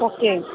okay